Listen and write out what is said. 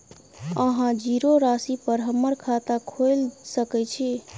अहाँ जीरो राशि पर हम्मर खाता खोइल सकै छी?